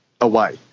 away